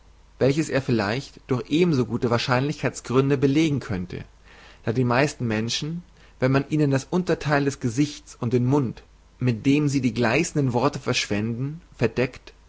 welches er vielleicht durch eben so gute wahrscheinlichkeitsgründe belegen könnte da die meisten menschen wenn man ihnen das untertheil des gesichts und den mund mit dem sie die gleissenden worte verschwenden verdekt